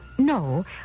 No